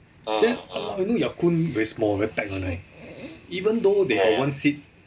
then knew ya kun very small very tight [one] right even though they have one seat